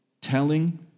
telling